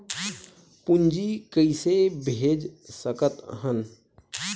पूंजी कइसे भेज सकत हन?